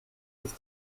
ist